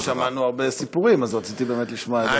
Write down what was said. שמענו הרבה סיפורים, אז רציתי באמת לשמוע את דעתך.